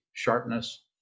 sharpness